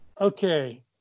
Okay